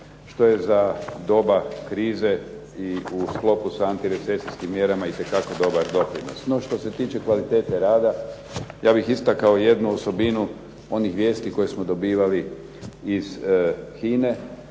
što je za doba krize i u sklopu sa antirecesijskim mjerama itekako dobar doprinos. No, što se tiče kvalitete rada, ja bih istakao jednu osobinu onih vijesti koje smo dobivali iz HINA-e